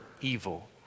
evil